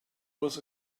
was